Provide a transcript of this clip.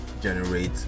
generate